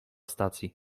stacji